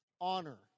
honor